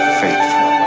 faithful